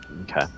Okay